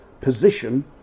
position